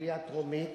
בקריאה טרומית,